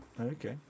Okay